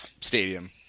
stadium